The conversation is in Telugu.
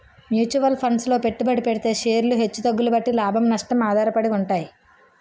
మ్యూచువల్ ఫండ్సు లో పెట్టుబడి పెడితే షేర్లు హెచ్చు తగ్గుల బట్టి లాభం, నష్టం ఆధారపడి ఉంటాయి